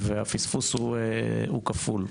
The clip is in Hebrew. הפספוס הוא כפול: